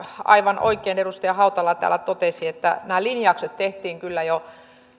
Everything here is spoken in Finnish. aivan oikein edustaja hautala täällä totesi että nämä linjaukset tehtiin kyllä jo